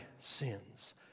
sins